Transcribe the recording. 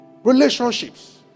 relationships